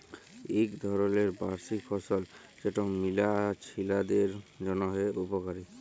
ইক ধরলের বার্ষিক ফসল যেট মিয়া ছিলাদের জ্যনহে উপকারি